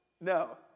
no